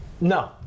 No